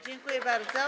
Dziękuję bardzo.